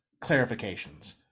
clarifications